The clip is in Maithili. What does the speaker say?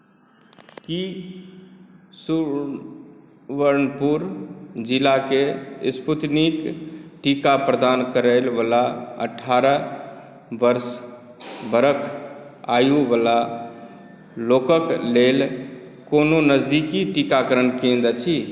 की सुबर्णपुर जिलामे स्पूतनिक टीका प्रदान करय बला अठारह प्लस बरख आयु बला लोककेॅं लेल कोनो नजदीकी टीकाकरण केंद्र अछि